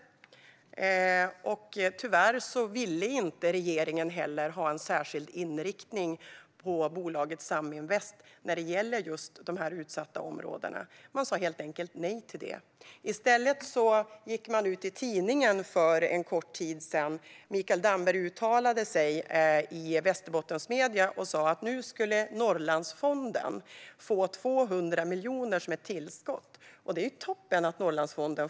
Tyvärr ville inte regeringen att bolaget Saminvest särskilt skulle inriktas på dessa utsatta områden; man sa helt enkelt nej till detta. I stället gick man för en kort tid sedan ut i tidningen. Mikael Damberg uttalade sig i Västerbottensmedia och sa att nu skulle Norrlandsfonden få ett tillskott på 200 miljoner.